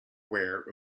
aware